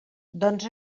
doncs